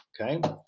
Okay